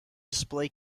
display